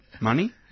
money